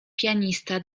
pianista